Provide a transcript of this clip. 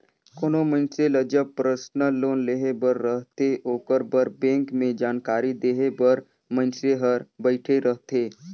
कोनो मइनसे ल जब परसनल लोन लेहे बर रहथे ओकर बर बेंक में जानकारी देहे बर मइनसे हर बइठे रहथे